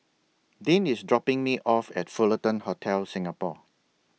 Dean IS dropping Me off At Fullerton Hotel Singapore